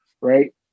right